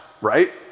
right